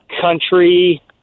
country